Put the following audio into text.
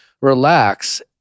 relax